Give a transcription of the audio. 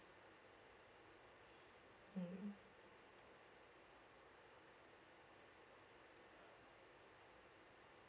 mm